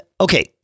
Okay